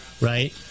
right